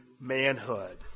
manhood